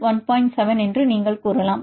7 என்று நீங்கள் கூறலாம்